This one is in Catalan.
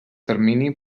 termini